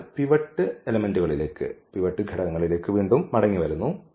അതിനാൽ പിവറ്റ് ഘടകങ്ങളിലേക്ക് വീണ്ടും മടങ്ങിവരുന്നു